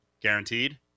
guaranteed